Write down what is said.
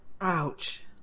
ouch